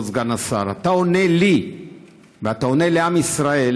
כבוד סגן השר, אתה עונה לי ואתה עונה לעם ישראל,